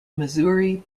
missouri